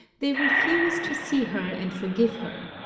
they refuse to see her and forgive her.